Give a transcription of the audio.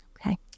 Okay